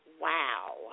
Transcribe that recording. Wow